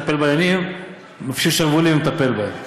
מי שצריך לטפל בעניינים מפשיל שרוולים ומטפל בהם.